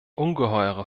ungeheure